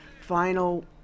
final